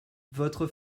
votre